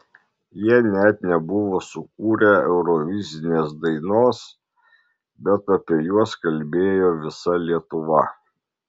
jie net nebuvo sukūrę eurovizinės dainos bet apie juos kalbėjo visa lietuva